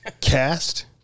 cast